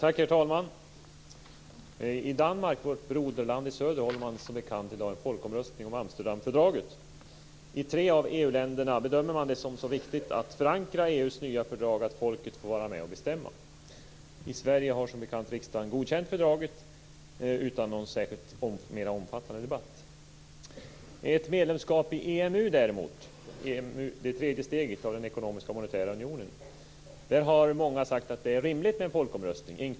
Herr talman! I Danmark, vårt broderland i söder, håller man som bekant i dag en folkomröstning om Amsterdamfördraget. I tre av EU-länderna bedömer man det som så viktigt att förankra EU:s nya fördrag att folket får vara med och bestämma. I Sverige har som bekant riksdagen godkänt fördraget utan någon särskilt mera omfattande debatt. När det däremot gäller ett medlemskap i EMU, det tredje steget av den ekonomiska och monetära unionen, har många, inklusive statsministern, sagt att det är rimligt med en folkomröstning.